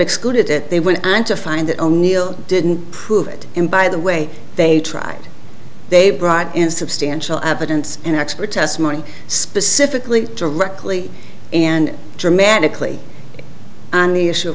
excluded it they went on to find that o'neill didn't prove it and by the way they tried they brought in substantial evidence an expert testimony specifically directly and dramatically on